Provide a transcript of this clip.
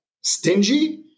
stingy